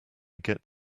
get